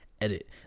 Edit